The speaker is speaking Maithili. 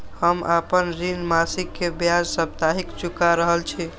हम आपन ऋण मासिक के ब्याज साप्ताहिक चुका रहल छी